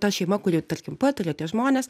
ta šeima kuri tarkim pataria tie žmonės